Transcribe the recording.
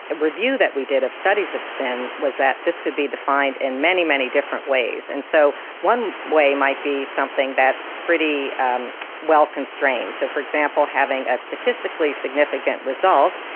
review that we did of studies of spin was that this could be defined in many, many different ways. and so one way might be something that's pretty well constrained. so, for example, having a statistically significant result,